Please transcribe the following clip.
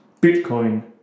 Bitcoin